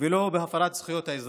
ולא בהפרת זכויות האזרחים.